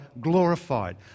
glorified